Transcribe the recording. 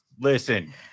listen